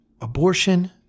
abortion